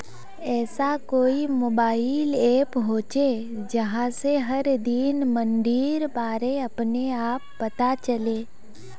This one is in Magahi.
ऐसा कोई मोबाईल ऐप होचे जहा से हर दिन मंडीर बारे अपने आप पता चले?